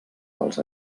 dels